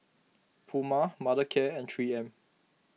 Puma Mothercare and three M